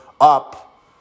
up